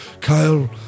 Kyle